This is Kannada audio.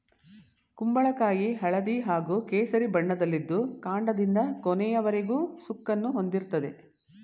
ಕುಂಬಳಕಾಯಿ ಹಳದಿ ಹಾಗೂ ಕೇಸರಿ ಬಣ್ಣದಲ್ಲಿದ್ದು ಕಾಂಡದಿಂದ ಕೊನೆಯವರೆಗೂ ಸುಕ್ಕನ್ನು ಹೊಂದಿರ್ತದೆ